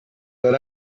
but